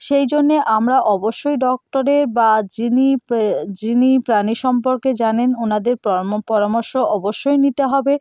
সেই জন্যে আমরা অবশ্যই ডক্টরের বা যিনি যিনি প্রাণী সম্পর্কে জানেন ওনাদের পরামর্শ অবশ্যই নিতে হবে